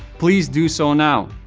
please do so now.